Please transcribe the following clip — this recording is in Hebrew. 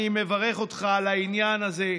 ואני מברך אותך על העניין הזה.